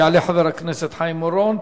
יעלה חבר הכנסת חיים אורון,